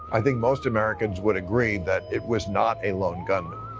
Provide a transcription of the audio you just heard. i think most americans would agree that it was not a lone gunman.